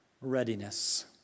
readiness